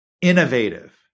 innovative